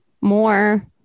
more